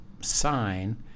sign